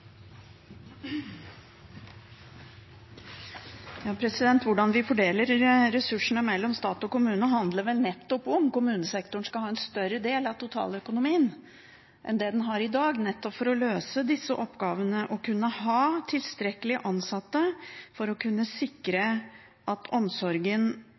Hvordan vi fordeler ressursene mellom stat og kommune, handler vel nettopp om hvorvidt kommunesektoren skal ha en større del av totaløkonomien enn den har i dag – nettopp for å løse disse oppgavene og kunne ha tilstrekkelig mange ansatte for å sikre at omsorgen